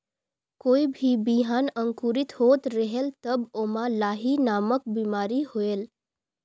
कोई भी बिहान अंकुरित होत रेहेल तब ओमा लाही नामक बिमारी होयल?